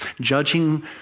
judging